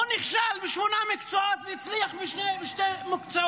הוא נכשל בשמונה מקצועות, והצליח בשני מקצועות.